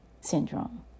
syndrome